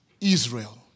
Israel